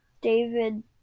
David